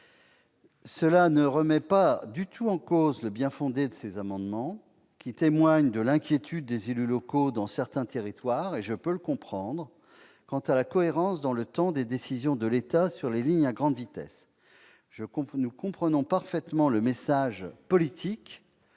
Cela ne remet pas en cause le bien-fondé de ces amendements, qui témoignent de l'inquiétude des élus locaux dans certains territoires quant à la cohérence dans le temps des décisions de l'État sur les lignes à grande vitesse. Nous comprenons parfaitement le message politique